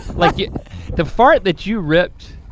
like yeah the fart that you ripped